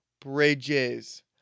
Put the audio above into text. Bridges